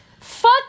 Fuck